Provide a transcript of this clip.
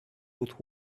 both